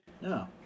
No